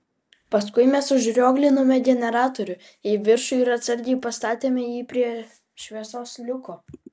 paskui mes užrioglinome generatorių į viršų ir atsargiai pastatėme jį prie šviesos liuko